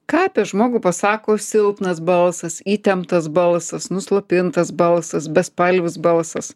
ką apie žmogų pasako silpnas balsas įtemptas balsas nuslopintas balsas bespalvis balsas